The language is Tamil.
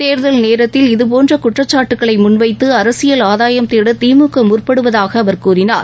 தேர்தல் நேரத்தில் இதுபோன்ற குற்றச்சாட்டுக்களை முள்வைத்து அரசியல் ஆதாயம் தேட திமுக முற்படுவதாக அவர் கூறினார்